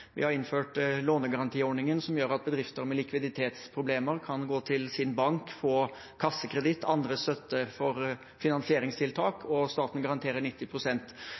Vi har innført lånegarantiordningen, som gjør at bedrifter med likviditetsproblemer kan gå til sin bank, få kassakreditt eller annen støtte for finansieringstiltak, og staten garanterer